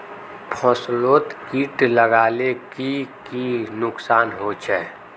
फसलोत किट लगाले की की नुकसान होचए?